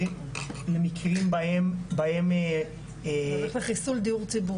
למקרים בהם --- חיסול הדיור הציבורי.